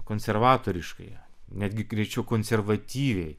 konservatoriškąją netgi greičiau konservatyviai